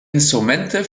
instrumente